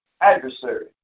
adversary